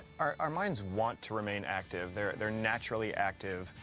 our our minds want to remain active. they're they're naturally active.